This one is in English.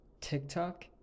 TikTok